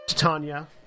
Tanya